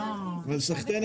אבל אנחנו כן רואים דברים.